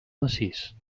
massís